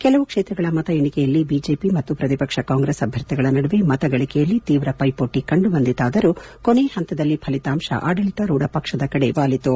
ಕೆಲವು ಕ್ಷೇತ್ರಗಳ ಮತ ಎಣಿಕೆಯಲ್ಲಿ ಬಿಜೆಪಿ ಮತ್ತು ಪ್ರತಿಪಕ್ಷ ಕಾಂಗ್ರೆಸ್ ಅಭ್ಯರ್ಥಿಗಳ ನಡುವೆ ಮತ ಗಳಿಕೆಯಲ್ಲಿ ತೀವ್ರ ವೈಮೋಟಿ ಕಂಡುಬಂದಿತಾದರೂ ಕೊನೆ ಪಂತದಲ್ಲಿ ಫಲಿತಾಂಶ ಆಡಳಿತಾರೂಢ ಪಕ್ಷದ ಕಡೆ ವಾಲಿತು